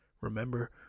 Remember